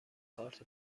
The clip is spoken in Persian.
کارت